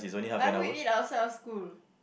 why would you eat outside of school